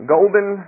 Golden